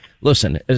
Listen